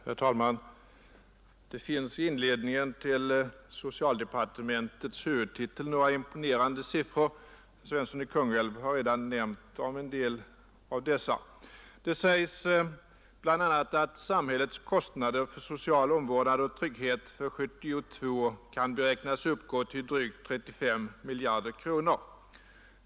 Herr talman! Det finns i inledningen till socialdepartementets huvudtitel några imponerande siffror; herr Svensson i Kungälv har redan nämnt en del av dem. Det sägs bl.a. att samhällets kostnader för social omvårdnd och trygghet för 1972 kan beräknas uppgå till drygt 35 miljarder kronor.